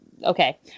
Okay